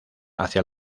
hacia